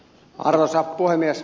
arvoisa puhemies